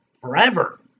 forever